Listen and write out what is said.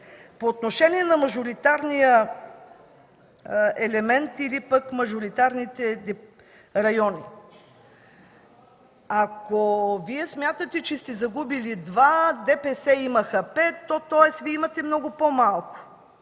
По отношение на мажоритарния елемент или пък мажоритарните райони, ако Вие смятате, че сте загубили два, ДПС имаха пет, то тоест Вие имате много по-малко.